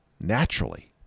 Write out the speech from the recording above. naturally